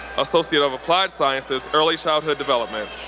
associate of applied sciences, early childhood development.